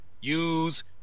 use